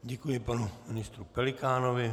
Děkuji panu ministru Pelikánovi.